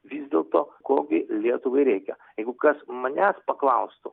vis dėlto ko gi lietuvai reikia jeigu kas manęs paklaustų